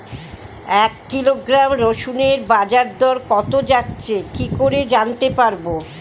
এক কিলোগ্রাম রসুনের বাজার দর কত যাচ্ছে কি করে জানতে পারবো?